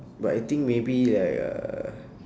but I think maybe like uh